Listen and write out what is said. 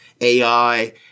AI